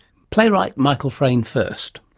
playwright michael frayn first.